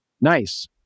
Nice